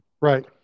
right